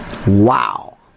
Wow